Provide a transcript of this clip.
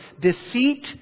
Deceit